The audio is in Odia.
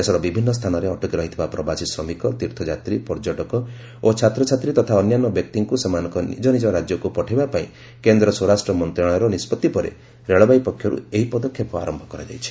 ଦେଶର ବିଭିନ୍ନ ସ୍ଥାନରେ ଅଟକି ରହିଥିବା ପ୍ରବାସୀ ଶ୍ରମିକ ତୀର୍ଥଯାତ୍ରୀ ପର୍ଯ୍ୟଟକ ଓ ଛାତ୍ରଛାତ୍ରୀ ତଥା ଅନ୍ୟାନ୍ୟ ବ୍ୟକ୍ତିଙ୍କ ସେମାନଙ୍କ ନିଜ ନିକ ରାଜ୍ୟକୁ ପଠାଇବା ପାଇଁ କେନ୍ଦ୍ର ସ୍ୱରାଷ୍ଟ୍ର ମନ୍ତ୍ରଣାଳୟର ନିଷ୍ପଭି ପରେ ରେଳବାଇ ପକ୍ଷର୍ ଏହି ପଦକ୍ଷେପ ଆରମ୍ଭ କରାଯାଇଛି